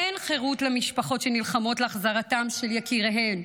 אין חירות למשפחות שנלחמות להחזרתם של יקיריהן,